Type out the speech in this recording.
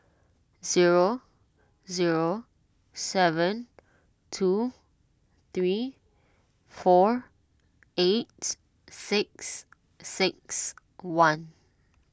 zero zero seven two three four eight six six one